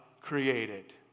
created